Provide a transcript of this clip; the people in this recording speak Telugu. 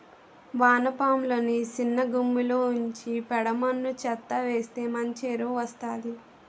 వానపాములని సిన్నగుమ్మిలో ఉంచి పేడ మన్ను చెత్తా వేస్తె మంచి ఎరువు వస్తాది